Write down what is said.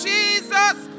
Jesus